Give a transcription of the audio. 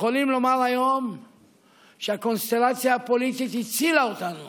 יכולים לומר היום שהקונסטלציה הפוליטית הצילה אותנו